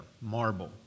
marble